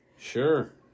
Sure